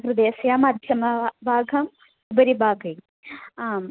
हृदयस्य मध्यम भागं उपरि भागे आम्